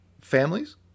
families